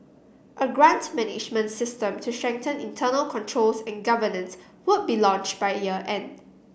a grant management system to strengthen internal controls and governance would be launched by year end